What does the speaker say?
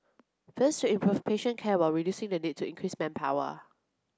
first to improve patient care while reducing the need to increase manpower